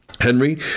Henry